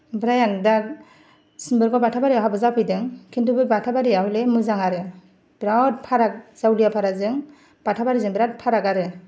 ओमफ्राय आं दा सिम्बोरगाव बाथाबारियाव हाबा जाफैदों खिन्थु बे बाथाबारिया हयले मोजां आरो बिराद फाराग जावलियाफाराजों बाथाबारिजों बिराद फाराग आरो